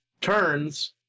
turns